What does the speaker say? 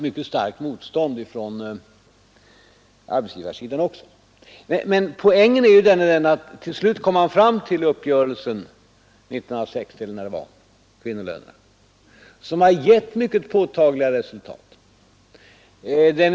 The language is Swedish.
Motståndet från arbetsgivarsidan var också mycket starkt. Men poängen är att till slut kom man fram till den uppgörelse om kvinnolöner — jag tror det var 1960 som har givit mycket påtagliga resultat.